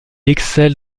excelle